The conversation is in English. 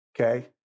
okay